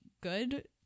good